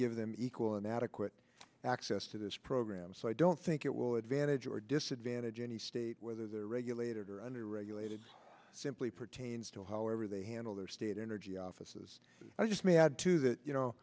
give them equal inadequate access to this program so i don't think it will advantage or disadvantage any state whether they're regulated or under regulated simply pertains to however they handle their state energy offices i just may add to that you know